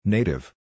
Native